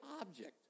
object